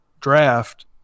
draft